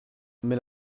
mais